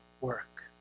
work